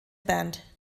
band